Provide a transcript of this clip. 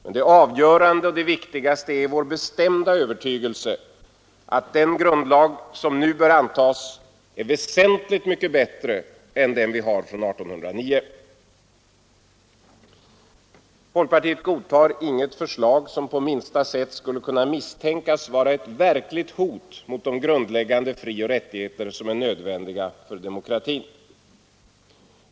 Men det avgörande och det viktigaste är vår bestämda övertygelse att den grundlag som nu bör antas är väsentligt mycket bättre än den vi har från 1809. Folkpartiet godtar inget förslag som på minsta sätt skulle kunna misstänkas vara ett verkligt hot mot de grundläggande frioch rättigheter som är nödvändiga för demokratin.